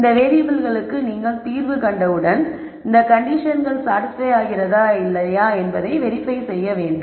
இந்த வேறியபிள்களுக்கு நீங்கள் தீர்வு கண்டவுடன் இந்த கண்டிஷன்கள் சாடிஸ்பய் ஆகிறதா இல்லையா என்பதை வெறிபய் செய்ய வேண்டும்